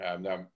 Now